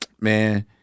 man